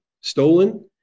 stolen